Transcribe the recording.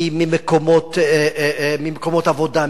ממקומות עבודה,